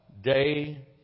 day